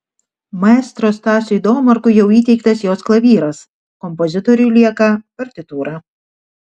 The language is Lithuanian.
maestro stasiui domarkui jau įteiktas jos klavyras kompozitoriui lieka partitūra